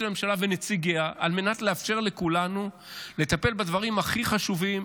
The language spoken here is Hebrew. לממשלה ונציגיה על מנת לאפשר לכולנו לטפל בדברים הכי חשובים,